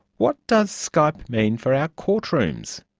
what does skype mean for our courtrooms?